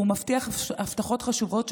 הוא מבטיח הבטחות חשובות,